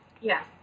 yes